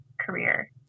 career